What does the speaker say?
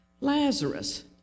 Lazarus